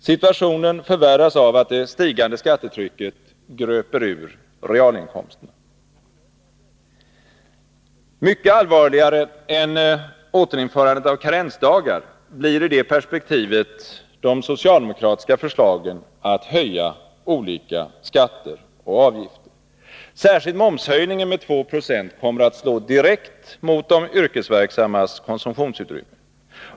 Situationen förvärras av att det stigande skattetrycket gröper ur realinkomsterna. Mycket allvarligare än återinförandet av karensdagar blir i det perspektivet de socialdemokratiska förslagen att höja olika skatter och avgifter. Särskilt momshöjningen med 2 26 kommer att slå direkt mot de yrkesverksammas konsumtionsutrymme.